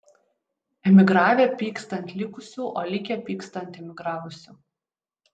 emigravę pyksta ant likusių o likę pyksta ant emigravusių